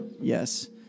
Yes